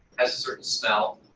has a certain smell,